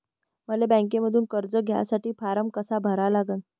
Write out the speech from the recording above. मले बँकेमंधून कर्ज घ्यासाठी फारम कसा भरा लागन?